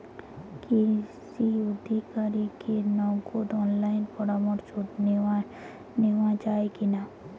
কৃষি আধিকারিকের নগদ অনলাইন পরামর্শ নেওয়া যায় কি না?